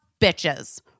bitches